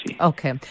Okay